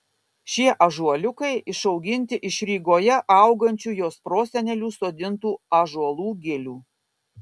šie ąžuoliukai išauginti iš rygoje augančių jos prosenelių sodintų ąžuolų gilių